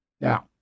Now